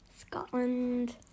Scotland